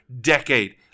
decade